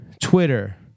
Twitter